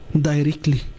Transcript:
directly